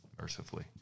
Mercifully